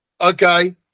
okay